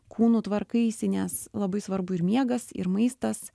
kūnu tvarkaisi nes labai svarbu ir miegas ir maistas